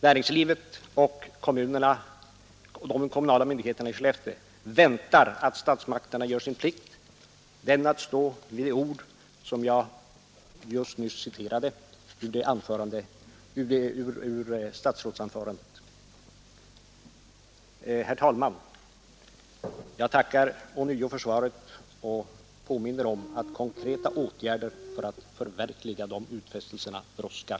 Näringslivet och de kommunala myndigheterna i Skellefteå väntar att statsmakterna gör sin plikt, den att stå vid de ord som jag nyss citerade ur statsrådsanförandet. Herr talman! Jag tackar ånyo för svaret och påminner om att konkreta åtgärder för att förverkliga de gjorda utfästelserna brådskar.